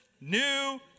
New